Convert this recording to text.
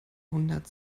hundert